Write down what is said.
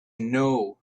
know